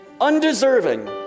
undeserving